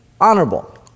honorable